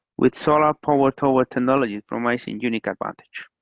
with solar power tower technology from i mean unique advantage.